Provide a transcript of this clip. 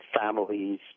families